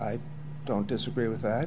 i don't disagree with that